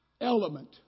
element